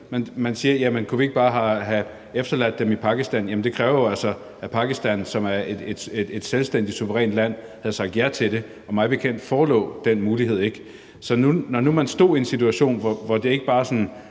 Man siger: Jamen kunne vi ikke bare have efterladt dem i Pakistan? Men det krævede jo altså, at Pakistan, som er et selvstændigt, suverænt land, havde sagt ja til det, og mig bekendt forelå den mulighed ikke. Så når nu man stod i en situation, hvor der ikke bare var sådan